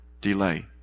delay